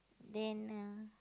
then uh